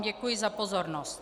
Děkuji vám za pozornost.